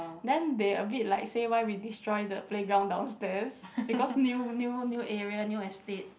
then they a bit like say why we destroy the playground downstairs because new new new area new estate